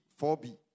4b